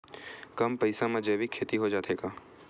कम पईसा मा जैविक खेती हो जाथे का?